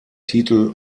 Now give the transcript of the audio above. titel